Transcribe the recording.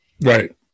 Right